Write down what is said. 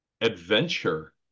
adventure